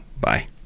Bye